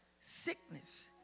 Sickness